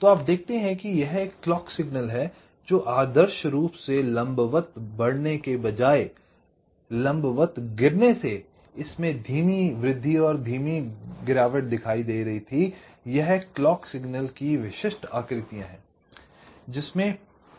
तो आप देखते हैं कि यह एक क्लॉक सिग्नल है जो आदर्श रूप से लंबवत बढ़ने के बजाय लंबवत गिरने से इसमें धीमी वृद्धि और धीमी गिरावट दिखाई दे रही थी यह क्लॉक सिग्नल की विशिष्ट आकृतियाँ हैं जिसमे